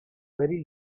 very